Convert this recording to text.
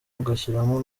ugashyiramo